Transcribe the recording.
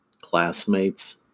classmates